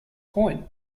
point